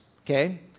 Okay